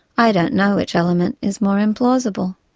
i don't know which element is more implausible.